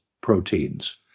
proteins